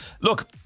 look